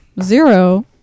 zero